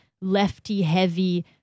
lefty-heavy